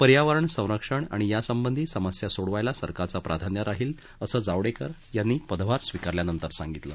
पर्यावरण संरक्षण आणि यासंबधी समस्या सोडवायला सरकारचं प्राधान्य राहील असं जावडेकर यांनी पदभार स्वीकारल्यानंतर सांगितलं